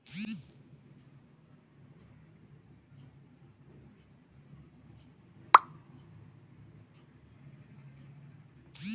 ಇತ್ತೇಚಿಗೆ ನಡೆಯುವಂತಹ ಅನೇಕ ಕೇಟಗಳ ಸಮಸ್ಯೆಗಳ ಕುರಿತು ಯಾವ ಕ್ರಮಗಳನ್ನು ಕೈಗೊಳ್ಳಬೇಕು?